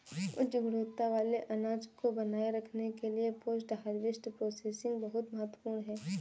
उच्च गुणवत्ता वाले अनाज को बनाए रखने के लिए पोस्ट हार्वेस्ट प्रोसेसिंग बहुत महत्वपूर्ण है